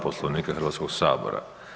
Poslovnika Hrvatskoga sabora.